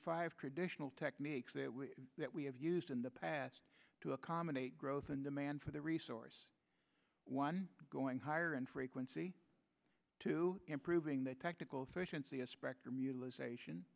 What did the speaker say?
five traditional techniques that we have used in the past to accommodate growth in demand for the resource one going higher and frequency to improving the technical efficiency of spectrum utilization